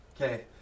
Okay